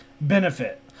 benefit